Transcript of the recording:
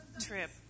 trip